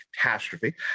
catastrophe